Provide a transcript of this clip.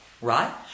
Right